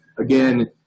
again